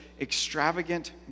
extravagant